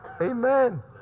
Amen